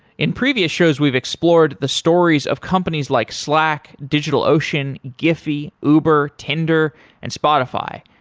in previous shows we've explored the stories of companies like slack, digitalocean, giphy, uber, tinder and spotify.